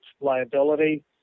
liability